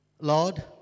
Lord